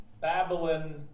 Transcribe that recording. Babylon